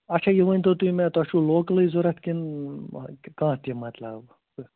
اَچھا یہِ ؤنۍتَو تُہۍ مےٚ تۄہہِ چھُو لوکلٕے ضروٗرت کِنہٕ کانٛہہ تہِ مطلب